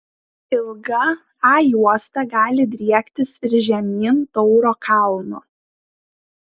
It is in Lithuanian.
ilga a juosta gali driektis ir žemyn tauro kalnu